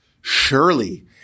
Surely